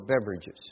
beverages